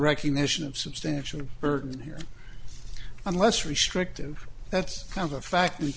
recognition of substantial burden here on less restrictive that's kind of a fact